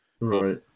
Right